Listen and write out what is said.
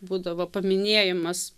būdavo paminėjimas